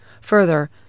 Further